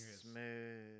smooth